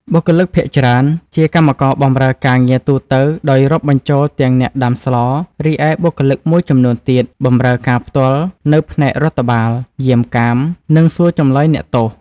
បុគ្គលិកភាគច្រើន ជាកម្មករបម្រើការងារទូទៅដោយរាប់បញ្ចូលទាំងអ្នកដាំស្ល រីឯបុគ្គលិកមួយចំនួនទៀត បម្រើការផ្ទាល់នៅផ្នែករដ្ឋបាល យាមកាម និងសួរចម្លើយអ្នកទោស។